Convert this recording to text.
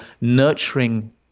nurturing